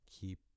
keep